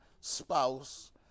spouse